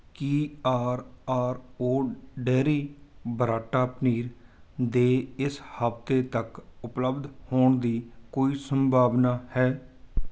ਕੀ R R O dairy burrata ਪਨੀਰ ਦੇ ਇਸ ਹਫ਼ਤੇ ਤੱਕ ਉਪਲੱਬਧ ਹੋਣ ਦੀ ਕੋਈ ਸੰਭਾਵਨਾ ਹੈ